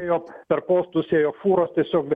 ėjo per postus ėjo fūros tiesiog